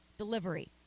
delivery